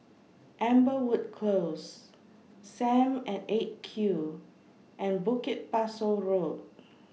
Amberwood Close SAM At eight Q and Bukit Pasoh Road